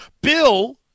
bill